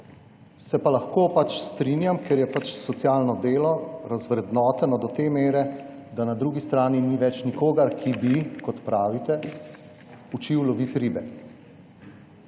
Se pa lahko strinjam, ker je socialno delo razvrednoteno do te mere, da na drugi strani ni več nikogar, ki bi, kot pravite, učil loviti ribe.